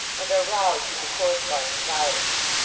and are roused into corresponding violence.